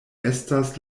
estas